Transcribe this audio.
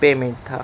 payment تھا